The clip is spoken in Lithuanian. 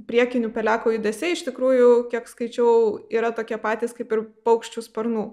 priekinių pelekų judesiai iš tikrųjų kiek skaičiau yra tokie patys kaip ir paukščių sparnų